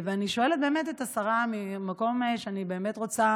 ואני שואלת את השרה ממקום שאני רוצה